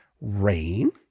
rain